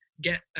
get